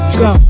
go